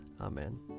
Amen